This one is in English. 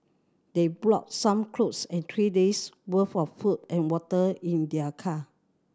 they brought some cloth and three days' worth of food and water in their car